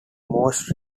most